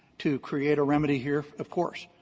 to create a remedy here of course.